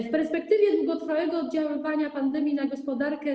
W perspektywie długotrwałego oddziaływania pandemii na gospodarkę.